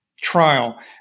trial